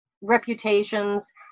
reputations